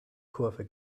kurve